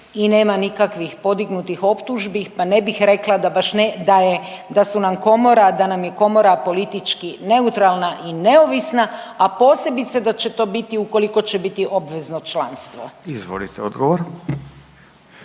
i nema nikakvih podignutih optužbi, pa ne bih rekla da nam je komora politički neutralna i neovisna, a posebice da će to biti ukoliko će biti obvezno članstvo. **Radin, Furio